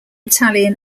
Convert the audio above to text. italian